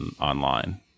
online